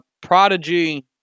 prodigy